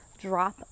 drop